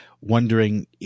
wondering